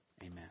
Amen